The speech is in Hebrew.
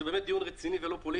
זה באמת דיון רציני ולא פוליטי.